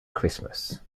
christmas